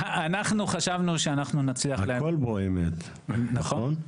אנחנו חשבנו שאנחנו נצליח -- הכל פה אמת, נכון?